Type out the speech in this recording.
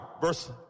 Verse